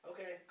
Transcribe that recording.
Okay